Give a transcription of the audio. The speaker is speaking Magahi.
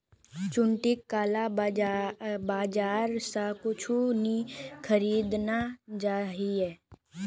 चिंटूक काला बाजार स कुछू नी खरीदना चाहिए